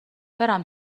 برم